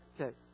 Okay